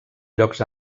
llocs